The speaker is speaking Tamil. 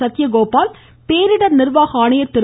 சத்யகோபால் பேரிடர் நிர்வாக ஆணையர் திரு